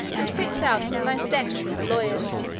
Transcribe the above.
and picked out from the most dexterous lawyers,